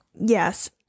yes